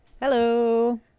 Hello